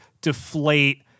deflate